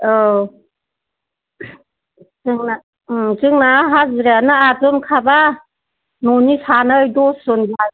औ जोंना जोंना हाजिरायानो आथजनखाबा न'नि सानै दसजन